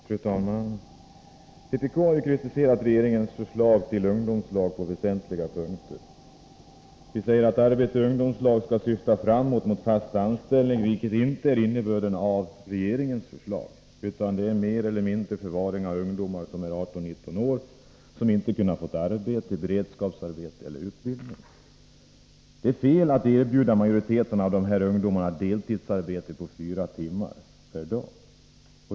Fru talman! Vpk har på väsentliga punkter kritiserat regeringens förslag till ungdomslag. Vi säger att arbete i ungdomslag skall syfta framåt mot fast anställning, vilket inte är innebörden i regeringens förslag; utan det innebär mer eller mindre förvaring av ungdomar som är 18-19 år och som inte har kunnat få arbete, beredskapsarbete eller utbildning. Det är fel att erbjuda majoriteten av dessa ungdomar deltidsarbete på fyra timmar per dag.